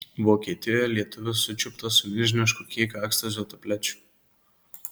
vokietijoje lietuvis sučiuptas su milžinišku kiekiu ekstazio tablečių